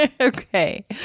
Okay